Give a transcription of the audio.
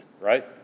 right